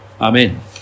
Amen